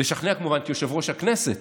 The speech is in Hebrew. לשכנע, כמובן, את יושב-ראש הכנסת